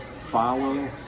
follow